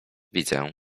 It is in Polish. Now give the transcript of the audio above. widzę